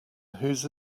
whose